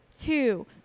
two